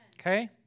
okay